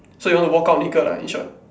so you want to walk out naked ah in short